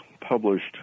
published